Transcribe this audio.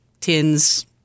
tins